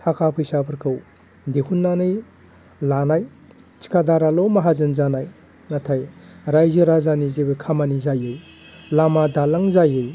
थाखा फैसाफोरखौ दिहुननानै लानाय थिखादाराल' माहाजोन जानाय नाथाय रायजो राजानि जेबो खामानि जायै लामा दालां जायै